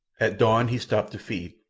at dawn he stopped to feed,